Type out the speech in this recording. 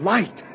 Light